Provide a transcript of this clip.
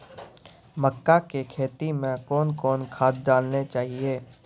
मक्का के खेती मे कौन कौन खाद डालने चाहिए?